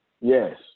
Yes